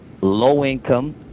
low-income